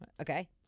Okay